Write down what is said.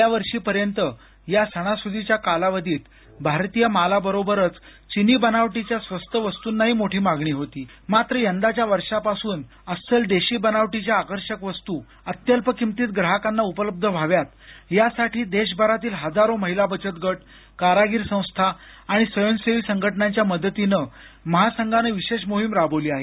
गेल्या वर्षीपर्यंत या सणासुदीच्या कालावधीत भारतीय मालाबरोबरच चिनी बनावटीच्या स्वस्त वस्तूनाही मोठी मागणी होती मात्र यंदाच्या वर्षांपासून अस्सल देशी बनावटीच्या आकर्षक वस्तू अत्यल्प किंमतीत ग्राहकांना उपलब्ध व्हाव्यात यासाठी देशभरातील हजारो महिला बचत गट कारागीर संस्था आणि स्वयंसेवी संघटनांच्या मदतीनं महासंघाने विशेष मोहीम राबवली आहे